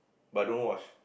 but don't wash